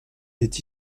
est